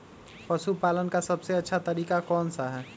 पशु पालन का सबसे अच्छा तरीका कौन सा हैँ?